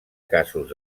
casos